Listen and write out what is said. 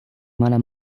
mala